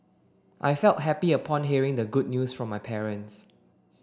I felt happy upon hearing the good news from my parents